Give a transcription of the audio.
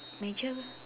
major